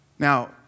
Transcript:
Now